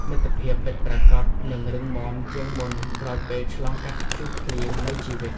មិត្តភាពពិតប្រាកដនឹងរឹងមាំជាងមុនក្រោយពេលឆ្លងកាត់ព្យុះភ្លៀងនៃជីវិត។